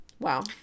Wow